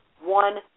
one